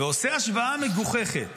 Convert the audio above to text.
ועושה השוואה מגוחכת